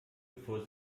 bevor